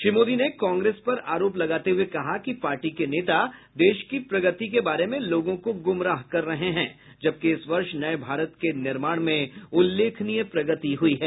श्री मोदी ने कांग्रेस पर आरोप लगाते हुए कहा कि पार्टी के नेता देश की प्रगति के बारे में लोगों को ग्मराह कर रहे हैं जबकि इस वर्ष नये भारत के निर्माण में उल्लेखनीय प्रगति हुई है